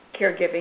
caregiving